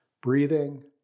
Breathing